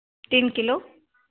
तीन किलो